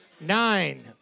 nine